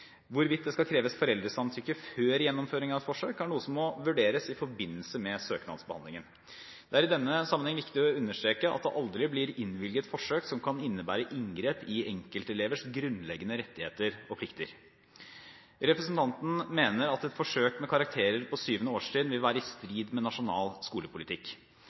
Hvorvidt det skal kreves foreldresamtykke før gjennomføring av et forsøk, er noe som må vurderes i forbindelse med søknadsbehandlingen. Det er i denne sammenheng viktig å understreke at det aldri blir innvilget forsøk som kan innebære inngrep i enkeltelevers grunnleggende rettigheter og plikter. Representanten mener at et forsøk med karakterer på 7. årstrinn vil være i strid med nasjonal skolepolitikk.